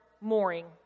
mooring